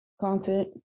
content